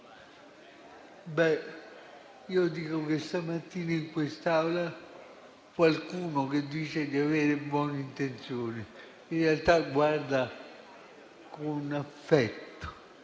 Io dico che stamattina in quest'Aula qualcuno che dice di avere buone intenzioni in realtà guarda con affetto